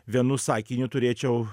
vienu sakiniu turėčiau